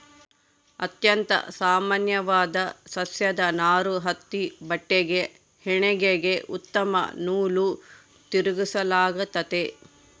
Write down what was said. ಅತ್ಯಂತ ಸಾಮಾನ್ಯವಾದ ಸಸ್ಯದ ನಾರು ಹತ್ತಿ ಬಟ್ಟೆಗೆ ಹೆಣಿಗೆಗೆ ಉತ್ತಮ ನೂಲು ತಿರುಗಿಸಲಾಗ್ತತೆ